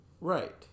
Right